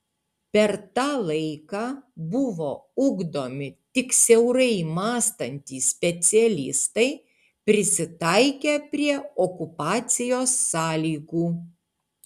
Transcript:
per tą laiką buvo ugdomi tik siaurai mąstantys specialistai prisitaikę prie okupacijos sąlygų